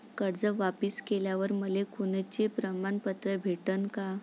कर्ज वापिस केल्यावर मले कोनचे प्रमाणपत्र भेटन का?